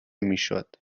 میشد